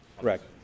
Correct